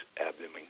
abdomen